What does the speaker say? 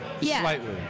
slightly